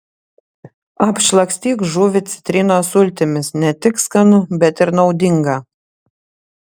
apšlakstyk žuvį citrinos sultimis ne tik skanu bet ir naudinga